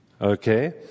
Okay